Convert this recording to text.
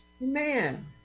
Man